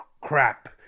crap